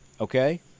okay